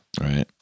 Right